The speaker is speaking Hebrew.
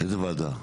איזה ועדה?